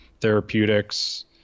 therapeutics